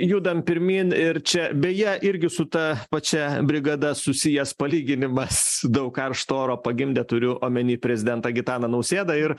judam pirmyn ir čia beje irgi su ta pačia brigada susijęs palyginimas daug karšto oro pagimdė turiu omeny prezidentą gitaną nausėdą ir